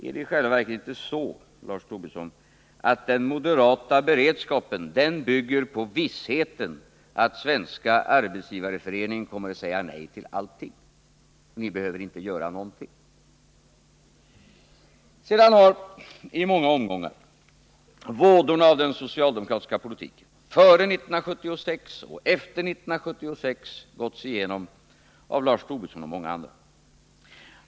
Är det inte i själva verket så, Lars Tobisson, att den moderata beredskapen bygger på vissheten att Svenska arbetsgivareföreningen kommer att säga nej till allting? Ni behöver alltså inte göra någonting. Sedan har — i många omgångar — vådorna av den socialdemokratiska politiken före 1976 och efter 1976 gåtts igenom av Lars Tobisson och många andra.